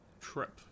trip